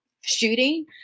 shooting